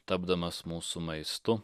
tapdamas mūsų maistu